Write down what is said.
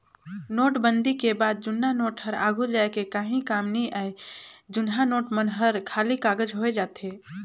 नोटबंदी के बाद जुन्ना नोट हर आघु जाए के काहीं काम नी आए जुनहा नोट मन हर खाली कागज होए जाथे